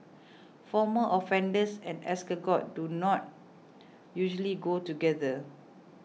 former offenders and escargot do not usually go together